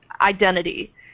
identity